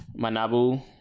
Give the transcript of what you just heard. manabu